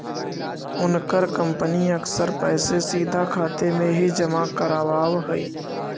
उनकर कंपनी अक्सर पैसे सीधा खाते में ही जमा करवाव हई